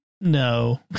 no